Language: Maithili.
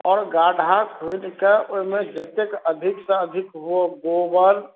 आओर गाढ़ा खुनि कऽ ओहिमे जतेक अधिकसँ अधिक हुअऽ गोबर